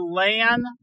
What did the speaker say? land